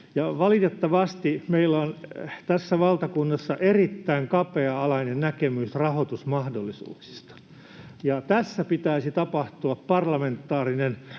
Valitettavasti meillä on tässä valtakunnassa erittäin kapea-alainen näkemys rahoitusmahdollisuuksista, ja tässä pitäisi tapahtua parlamentaarinen